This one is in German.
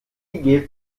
geht